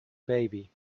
baby